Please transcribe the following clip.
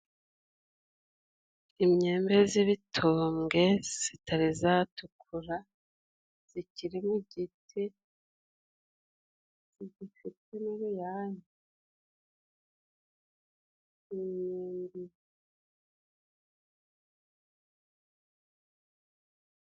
Imyembe z'ibitombwe sitari zatukura zikiri mu giti, zigifite n'uruyange. lmyembe.